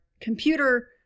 computer